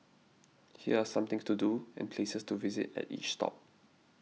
here are some things to do and places to visit at each stop